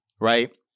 right